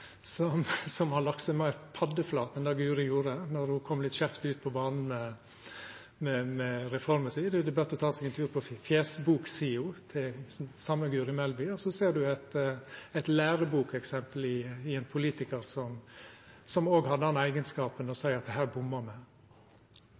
som har lagt seg meir paddeflat enn det Guri gjorde då ho kom litt skeivt ut på banen med reforma si. Det er berre å ta seg ein tur på fjesboksida til Guri Melby, så ser ein eit lærebokseksempel for ein politikar som òg har eigenskap til å seia at her bomma me. Replikkordskiftet er omme. Regjeringen og Fremskrittspartiet har funnet sammen i avtaler om åtte statsbudsjetter og